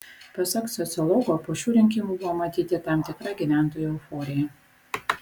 pasak sociologo po šių rinkimų buvo matyti tam tikra gyventojų euforija